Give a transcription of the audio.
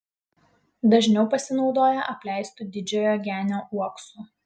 dažniau pasinaudoja apleistu didžiojo genio uoksu